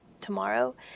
tomorrow